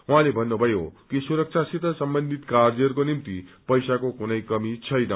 उहाँले भन्नुथयो कि सुरक्षासित सम्बन्धित कार्यहरूको निम्ति पैसाको कुनै कमी छैन